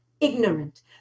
ignorant